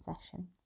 session